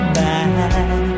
back